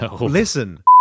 listen